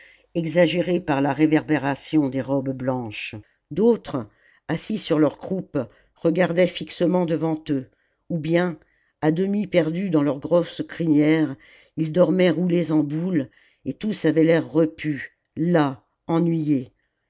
exagéré par la réverbération des robes blanches d'autres assis sur leur croupe regardaient fixement devant eux ou bien à demi perdus dans leurs grosses crinières ils dormaient roulés en boule et tous avaient l'air repus las ennuyés